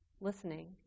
listening